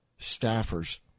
staffers